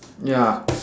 ya